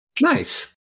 Nice